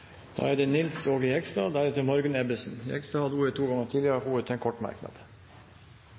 Nils Aage Jegstad har hatt ordet to ganger tidligere og får ordet til en kort merknad,